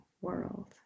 world